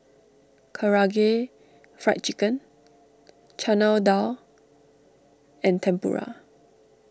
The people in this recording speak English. Karaage Fried Chicken Chana Dal and Tempura